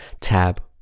tab